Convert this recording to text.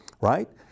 right